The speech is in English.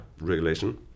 regulation